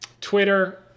Twitter